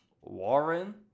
Warren